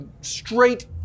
straight